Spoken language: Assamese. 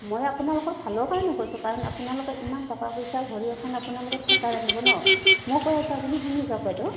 মই আপোনালোকৰ ভালৰ কাৰণে কৈছোঁ কাৰণ আপোনালোকে ইমান টকা পইচা ভৰি এখন আপোনালোকে থিয়েটাৰ আনিব ন মই কৈ আছোঁ আপুনি শুনি যাওক বাইদউ